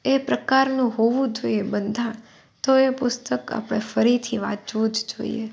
એ પ્રકારનું હોવું જોઈએ બંધાણ તો એ પુસ્તક આપે ફરીથી વાંચવુ જ જોઈએ